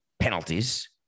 penalties